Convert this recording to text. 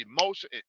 emotion